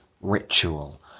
ritual